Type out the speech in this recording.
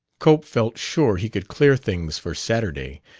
cope felt sure he could clear things for saturday,